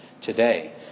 today